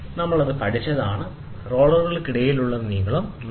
നമ്മൾ അത് പഠിച്ചു